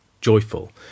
joyful